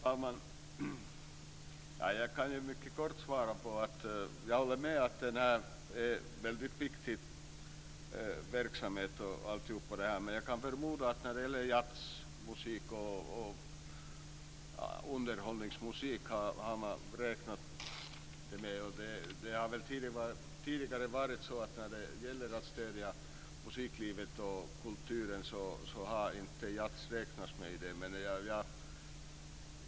Herr talman! Jag kan mycket kort svara att jag håller med om att det här är en väldigt viktig verksamhet. Jag förmodar att man tidigare inte har räknat med jazzmusik och underhållningsmusik när det gällt att stödja musiklivet och kulturen.